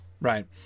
right